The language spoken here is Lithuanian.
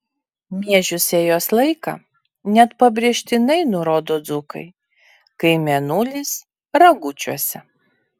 miežių sėjos laiką net pabrėžtinai nurodo dzūkai kai mėnulis ragučiuose